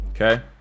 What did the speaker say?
Okay